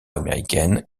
américaine